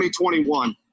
2021